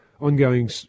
ongoing